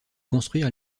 construire